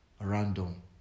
random